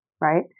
right